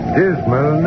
dismal